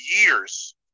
years